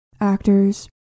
actors